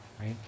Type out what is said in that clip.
right